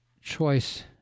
choice